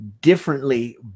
differently